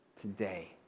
today